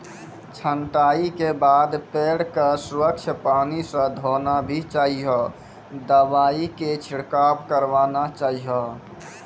छंटाई के बाद पेड़ क स्वच्छ पानी स धोना भी चाहियो, दवाई के छिड़काव करवाना चाहियो